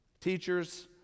Teachers